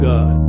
God